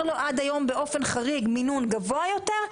לו עד היום באופן חריג מינון גבוה יותר,